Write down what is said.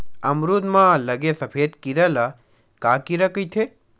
अमरूद म लगे सफेद कीरा ल का कीरा कइथे?